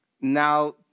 Now